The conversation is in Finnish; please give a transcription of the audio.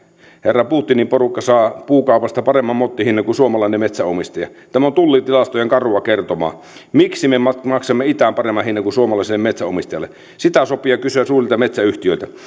herra putinin porukka saa puukaupasta paremman mottihinnan kuin suomalainen metsänomistaja tämä on tullitilastojen karua kertomaa miksi me me maksamme itään paremman hinnan kuin suomalaiselle metsänomistajalle sitä sopii kysyä suurilta metsäyhtiöiltä